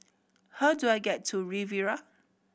how do I get to Riviera